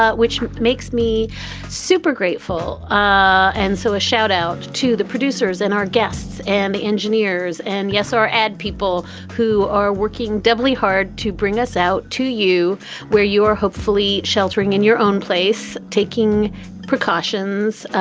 which makes me super grateful. ah and so a shout out to the producers and our guests and the engineers and yes, our ad people who are working doubly hard to bring us out to you where you are hopefully sheltering in your own place, taking precautions,